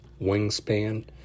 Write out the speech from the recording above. wingspan